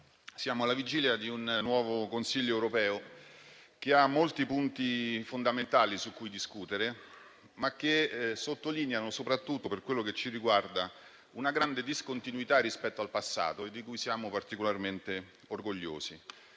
siamo alla vigilia di un nuovo Consiglio europeo, che ha molti punti fondamentali su cui discutere, ma che sottolineano soprattutto, per quello che ci riguarda, una grande discontinuità rispetto al passato e di cui siamo particolarmente orgogliosi.